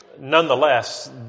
Nonetheless